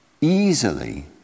easily